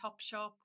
Topshop